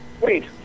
Wait